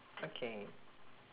okay